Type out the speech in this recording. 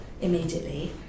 immediately